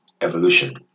Evolution